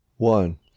One